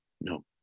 No